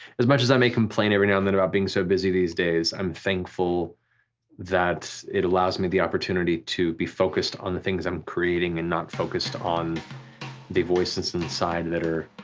as much as i may complain every now and then about being so busy these days, i'm thankful that it allows me the opportunity to be focused on the things i'm creating and not focused on the voices inside that are